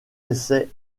essais